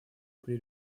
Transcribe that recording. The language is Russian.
при